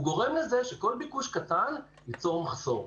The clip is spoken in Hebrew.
הוא גורם לזה שכל ביקוש קטן ייצור מחסור.